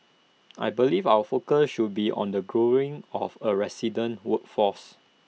I believe our focus should be on the growing of A resident workforce